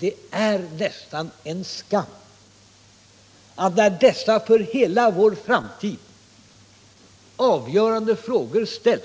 Det är nästan en skam att denne ekonomiminister, när dessa för hela vår framtid avgörande frågor ställs,